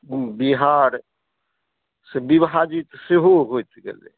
बिहार से विभाजित सेहो होइत गेलै